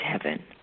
heaven